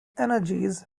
energies